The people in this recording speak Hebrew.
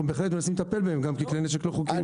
בהחלט מנסים לטפל בהם גם ככלי נשק לא חוקיים.